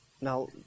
Now